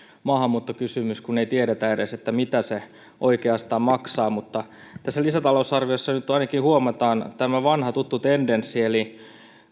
maahanmuuttokysymys kun ei tiedetä edes mitä se oikeastaan maksaa mutta tässä lisätalousarviossa nyt ainakin huomataan vanha tuttu tendenssi eli